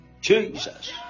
Jesus